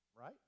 right